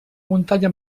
muntanya